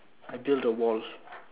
I build the wall